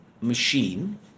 machine